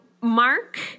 Mark